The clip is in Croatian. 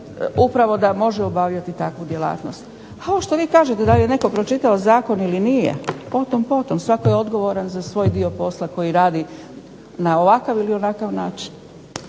upravo da može obavljati takvu djelatnost. A ovo što vi kažete da li je netko pročitao zakon ili nije o tom potom. Svatko je odgovoran za svoj dio posla koji radi na ovakav ili onakav način.